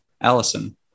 Allison